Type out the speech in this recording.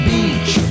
Beach